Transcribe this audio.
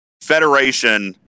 Federation